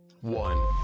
One